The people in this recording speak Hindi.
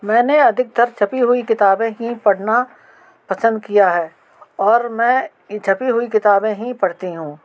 मैंने अधिकतर छपी हुई किताबें ही पढ़ना पसंद किया है और मैं इन छपी हुई किताबें ही पढ़ती हूँ